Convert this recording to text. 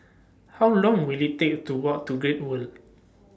How Long Will IT Take to Walk to Great World